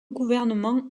gouvernement